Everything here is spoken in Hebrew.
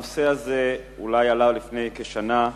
הנושא הזה אולי עלה לפני כשנה,